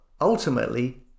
ultimately